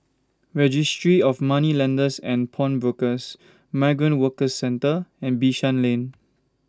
Registry of Moneylenders and Pawnbrokers Migrant Workers Centre and Bishan Lane